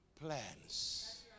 plans